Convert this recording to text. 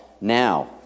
Now